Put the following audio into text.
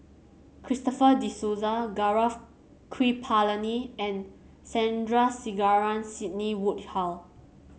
Christopher De Souza Gaurav Kripalani and Sandrasegaran Sidney Woodhull